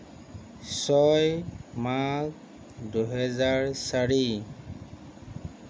ছয় মাঘ দুহেজাৰ চাৰি